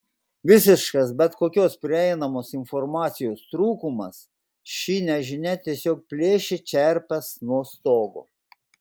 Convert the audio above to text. visiškas bet kokios prieinamos informacijos trūkumas ši nežinia tiesiog plėšia čerpes nuo stogo